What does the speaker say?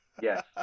Yes